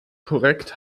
korrekt